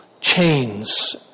chains